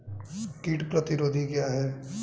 कीट प्रतिरोधी क्या है?